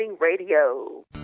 Radio